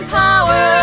power